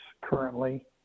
currently